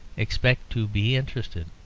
expect to be interested.